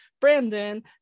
Brandon